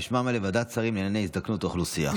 בשמה המלא: ועדת שרים לענייני הזדקנות האוכלוסייה,